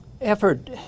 effort